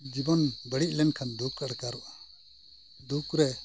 ᱡᱤᱵᱚᱱ ᱵᱟᱹᱲᱤᱡ ᱞᱮᱱᱠᱷᱟᱱ ᱫᱩᱠᱷ ᱟᱴᱠᱟᱨᱚᱜᱼᱟ ᱫᱩᱠᱷ ᱨᱮ